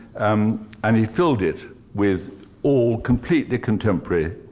um and he filled it with all completely contemporary